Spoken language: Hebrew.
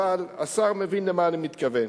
אבל השר מבין למה אני מתכוון.